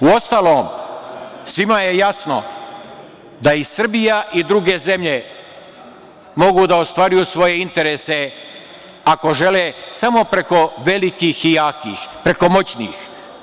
Uostalom svima je jasno da i Srbija i druge zemlje mogu da ostvaruju svoje interese ako žele samo preko velikih i jakih, preko moćnih.